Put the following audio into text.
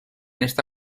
esta